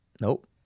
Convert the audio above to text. Nope